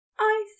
I